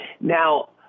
Now